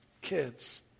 kids